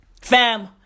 Fam